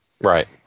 Right